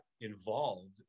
involved